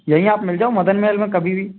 यहीं आप मिल जाओ मदन महल में कभी भी